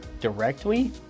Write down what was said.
directly